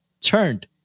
turned